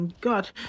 god